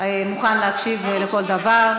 מוכן להקשיב לכל דבר.